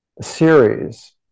series